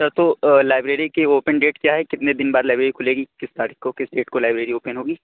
سر تو لائبریری کی open date کیا ہے کتنے دِن بعد لائبریری کُھلے گی کس تاریخ کو کس ڈیٹ کو لائبریری اوپن ہو گی